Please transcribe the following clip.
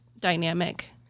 dynamic